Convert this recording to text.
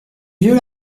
vieux